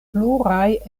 pluraj